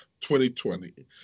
2020